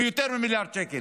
ליותר ממיליארד שקל?